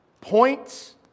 Points